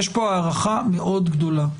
יש פה הערכה מאוד גדולה.